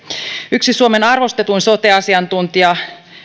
yksi suomen arvostetuimpia sote asiantuntijoita